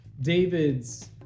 David's